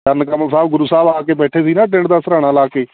ਚਰਨ ਕਮਲ ਸਾਹਿਬ ਗੁਰੂ ਸਾਹਿਬ ਆ ਕੇ ਬੈਠੇ ਸੀ ਨਾ ਪੇੜ ਦਾ ਸਰਾਹਾਣਾ ਲਗਾ ਕੇ